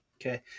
okay